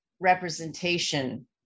representation